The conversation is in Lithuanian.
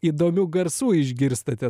įdomių garsų išgirstate